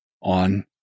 on